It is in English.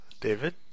David